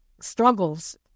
struggles